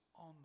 on